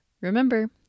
Remember